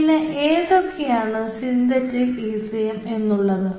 പിന്നെ ഏതൊക്കെയാണ് synthetic ECM എന്നുള്ളത്